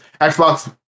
Xbox